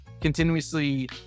continuously